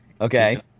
Okay